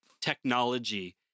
technology